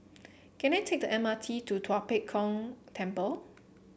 can I take the M R T to Tua Pek Kong Temple